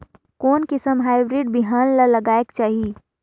कोन किसम हाईब्रिड बिहान ला लगायेक चाही?